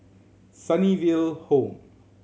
Sunnyville Home